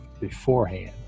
beforehand